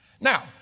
Now